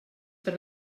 per